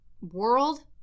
world